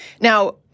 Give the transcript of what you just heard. Now